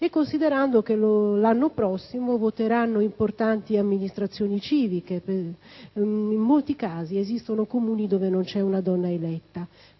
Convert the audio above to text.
e considerando che l'anno prossimo voteranno importanti amministrazioni locali e che in molti casi esistono Comuni dove non c'è una donna eletta.